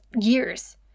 years